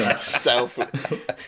Stealth